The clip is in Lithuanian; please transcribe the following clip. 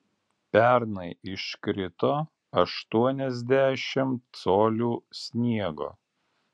pernai iškrito aštuoniasdešimt colių sniego